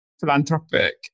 philanthropic